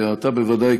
אתה בוודאי,